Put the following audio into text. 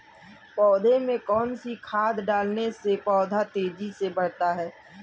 पौधे में कौन सी खाद डालने से पौधा तेजी से बढ़ता है?